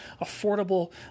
affordable